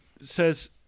says